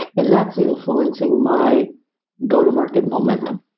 and that's influencing my go-to-market momentum.